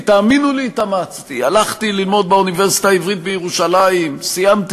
יש חכמי הלכה מעטים שיודעים את